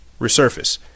resurface